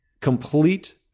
complete